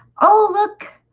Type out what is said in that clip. oh, look.